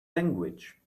language